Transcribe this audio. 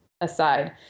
aside